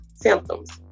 symptoms